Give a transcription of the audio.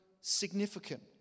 significant